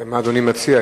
מה אדוני מציע?